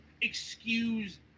excuse